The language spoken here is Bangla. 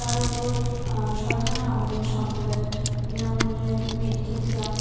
তার উপর সরকার আমাদের সম্প্রদায়ে বিনামূল্যে মেডিক্যাল ক্যাম্প